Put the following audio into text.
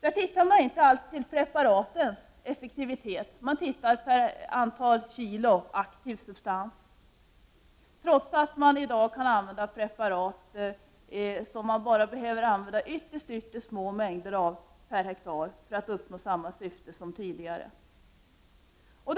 Man ser inte till preparatens effektivitet utan till antal kilo aktiv substans, trots att preparat i dag kan användas som bara behövs i ytterst små mängder per hektar för att samma syfte som tidigare skall uppnås.